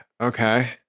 Okay